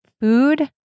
food